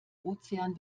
ozean